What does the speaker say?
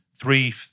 three